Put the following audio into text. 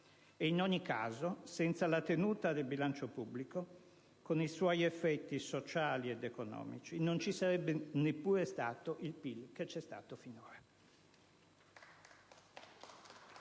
E in ogni caso, senza la tenuta del bilancio pubblico, con i suoi effetti sociali ed economici, non ci sarebbe neppure stato il PIL che c'è stato finora.